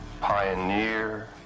pioneer